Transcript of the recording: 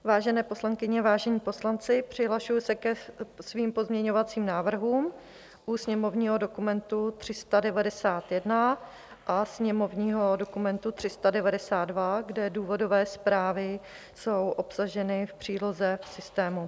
Vážené poslankyně, vážení poslanci, přihlašuji se ke svým pozměňovacím návrhům u sněmovního dokumentu 391 a sněmovního dokumentu 392, kde důvodové zprávy jsou obsaženy v příloze v systému.